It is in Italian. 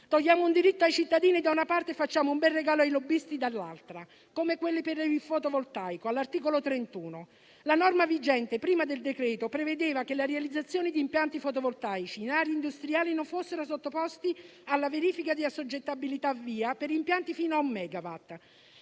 Togliamo un diritto ai cittadini, da una parte, e facciamo un bel regalo ai lobbisti, dall'altra. Lo stesso avviene per il fotovoltaico, all'articolo 31. La norma vigente prima del decreto prevedeva che la realizzazione di impianti fotovoltaici in aree industriali non fosse sottoposta alla verifica di assoggettabilità a VIA per impianti fino a un